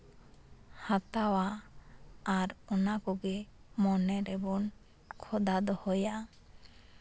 ᱦᱟᱛᱟᱣᱟ ᱟᱨ ᱚᱱᱟ ᱠᱚᱜᱮ ᱢᱚᱱᱮ ᱨᱮᱵᱚᱱ ᱠᱷᱚᱫᱟ ᱫᱚᱦᱚᱭᱟ